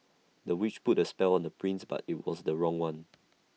the witch put A spell on the prince but IT was the wrong one